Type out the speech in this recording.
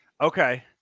Okay